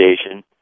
station